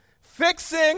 fixing